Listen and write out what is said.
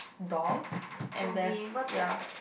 doors and there's ya